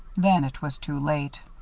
then it was too late.